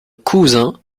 cousin